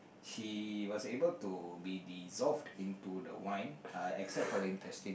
she was able to be dissolved into the wine uh except for the intestine